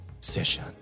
session